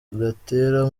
gatera